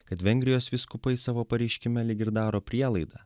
kad vengrijos vyskupai savo pareiškime lyg ir daro prielaidą